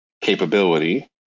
capability